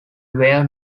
where